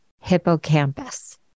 hippocampus